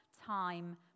time